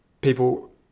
people